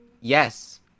Yes